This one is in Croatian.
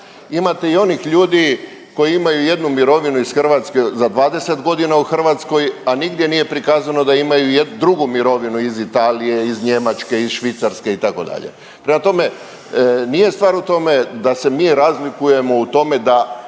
imate i onih ljudi koji imaju jednu mirovinu iz Hrvatske za 20 godina u Hrvatskoj, a nigdje nije prikazano da imaju i drugu mirovinu iz Italije, iz Njemačke, iz Švicarske, itd. Prema tome, nije stvar u tome da se mi razlikujemo u tome da